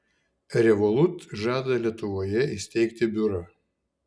revolut žada lietuvoje įsteigti biurą